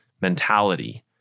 mentality